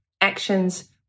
actions